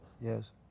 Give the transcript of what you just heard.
Yes